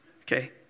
okay